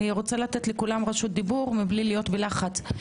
אני רוצה לתת לכולם רשות דיבור מבלי להיות בלחץ.